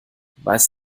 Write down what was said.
weiß